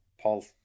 Paul